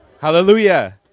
Hallelujah